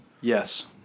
Yes